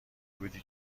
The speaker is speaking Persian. بودی